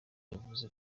yavuze